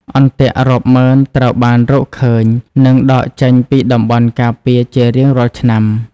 អន្ទាក់រាប់ម៉ឺនត្រូវបានរកឃើញ និងដកចេញពីតំបន់ការពារជារៀងរាល់ឆ្នាំ។